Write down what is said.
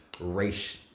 race